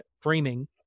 framing